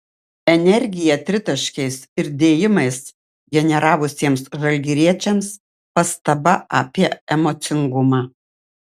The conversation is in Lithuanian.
energiją tritaškiais ir dėjimais generavusiems žalgiriečiams pastaba apie emocingumą